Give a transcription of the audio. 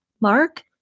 Mark